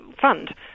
fund